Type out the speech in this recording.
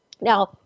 Now